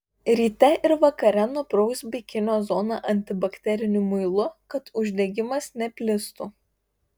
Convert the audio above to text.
ryte ir vakare nuprausk bikinio zoną antibakteriniu muilu kad uždegimas neplistų